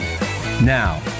Now